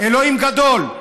אלוהים גדול.